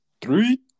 three